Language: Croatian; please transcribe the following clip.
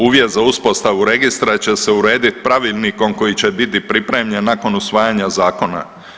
Uvjet za uspostavu registra će se urediti pravilnikom koji će biti pripremljen nakon usvajanja zakona.